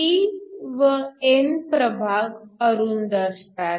P व n प्रभाग अरुंद असतात